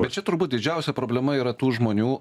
bet čia turbūt didžiausia problema yra tų žmonių